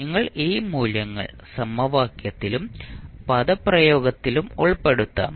നിങ്ങൾ ഈ മൂല്യങ്ങൾ സമവാക്യത്തിലും പദപ്രയോഗത്തിലും ഉൾപ്പെടുത്താം